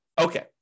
Okay